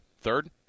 Third